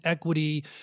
equity